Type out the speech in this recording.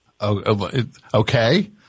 Okay